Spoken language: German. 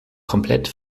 komplett